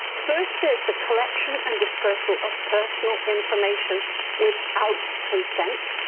first, there's the collection and dispersal of personal information without consent,